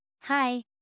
Hi